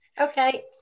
Okay